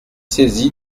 saisi